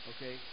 Okay